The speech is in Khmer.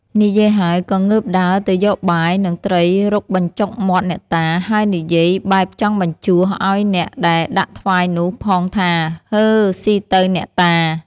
និយាយហើយ ក៏ងើបដើរទៅយកបាយ និងត្រីរុកបញ្ចុកមាត់អ្នកតា ហើយនិយាយបែបចង់បញ្ជោះឲ្យអ្នកដែលដាក់ថ្វាយនោះផងថា "ហឺ ស៊ីទៅអ្នកតា! ។